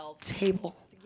table